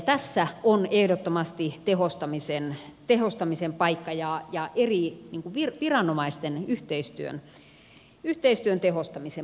tässä on ehdottomasti tehostamisen paikka ja eri viranomaisten yhteistyön tehostamisen paikka